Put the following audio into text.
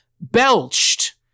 belched